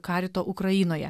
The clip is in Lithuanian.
karito ukrainoje